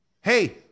Hey